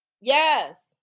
Yes